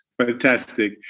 Fantastic